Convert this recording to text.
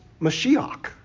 Mashiach